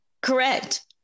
Correct